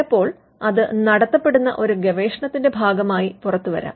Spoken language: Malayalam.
ചിലപ്പോൾ അത് നടത്തപെടുന്ന ഒരു ഗവേഷണത്തിന്റെ ഭാഗമായി പുറത്തുവരാം